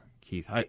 Keith